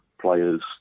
players